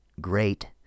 great